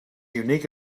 unique